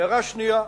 הערה שנייה,